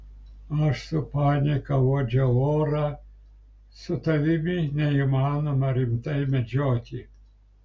aš su panieka uodžiau orą su tavimi neįmanoma rimtai medžioti